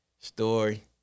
story